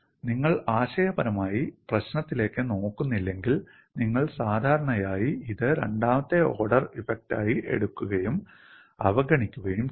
നിങ്ങൾ ആശയപരമായി പ്രശ്നത്തിലേക്ക് നോക്കുന്നില്ലെങ്കിൽ നിങ്ങൾ സാധാരണയായി ഇത് രണ്ടാമത്തെ ഓർഡർ ഇഫക്റ്റായി എടുക്കുകയും അവഗണിക്കുകയും ചെയ്യും